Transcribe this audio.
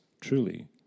Truly